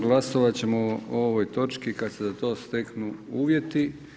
Glasovat ćemo o ovoj točki kad se za to steknu uvjeti.